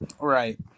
Right